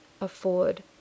afford